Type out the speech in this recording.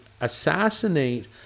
assassinate